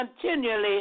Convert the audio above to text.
continually